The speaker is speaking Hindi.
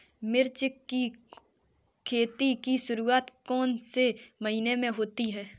मिर्च की खेती की शुरूआत कौन से महीने में होती है?